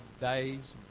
days